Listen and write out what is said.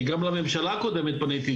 כי בממשלה הקודמת פניתי,